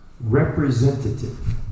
Representative